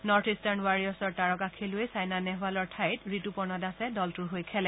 north eastern ৱাৰিয়ৰ্ছৰ তাৰকা খেলুৱৈ ছাইনা নেহ'ৱালৰ ঠাইত ঋতুপৰ্ণ দাসে দলটোৰ হৈ খেলে